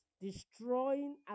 destroying